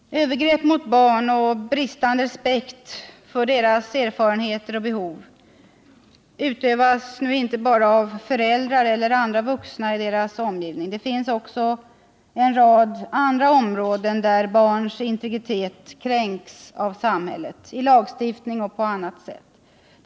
Det är inte bara föräldrar och andra vuxna i barnens omgivning som gör sig skyldiga till övergrepp mot barn och visar bristande respekt för barns erfarenheter och behov, utan på en rad områden i samhället kränks barnens integritet — i lagstiftning och på annat sätt.